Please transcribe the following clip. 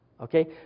okay